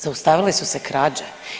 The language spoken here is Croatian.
Zaustavile su se krađe.